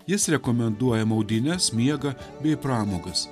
jis rekomenduoja maudynes miegą bei pramogas